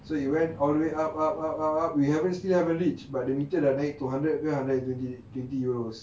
so he went all the way up up up we haven't still haven't reach but the meter dah naik two hundred three hundred and twenty twenty euros